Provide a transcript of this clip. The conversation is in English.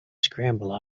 scramble